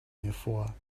hervor